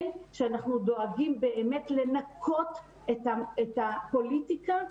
שאנחנו דואגים באמת לנקות את הפוליטיקה,